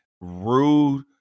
rude